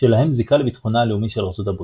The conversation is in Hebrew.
שלהם זיקה לביטחונה הלאומי של ארצות הברית.